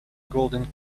golden